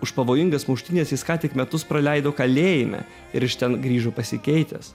už pavojingas muštynes jis ką tik metus praleido kalėjime ir iš ten grįžo pasikeitęs